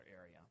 area